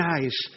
eyes